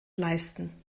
leisten